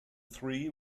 three